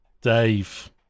Dave